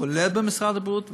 כולל במשרד הבריאות,